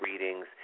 readings